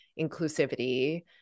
inclusivity